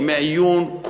ימי עיון,